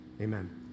amen